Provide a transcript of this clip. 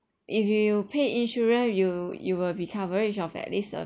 if you pay insurance you you will be coverage of at least a